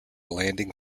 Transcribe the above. landing